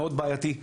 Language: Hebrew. מאוד בעייתי,